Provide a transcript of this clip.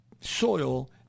soil